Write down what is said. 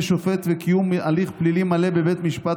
שופט וקיום הליך פלילי מלא בבית משפט,